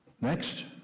Next